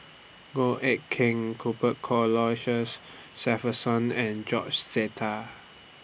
Goh Eck Kheng Cuthbert Shepherdson and George Sita